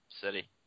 city